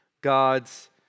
God's